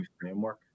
framework